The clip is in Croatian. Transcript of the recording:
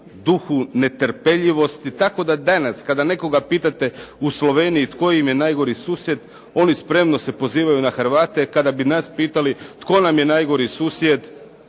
duhu netrpeljivosti, tako da danas kada nekoga pitate u Sloveniji tko im je najgori susjed, oni spremo se pozivaju na Hrvate. Kada bi nas pitali tko nam je najgori susjed,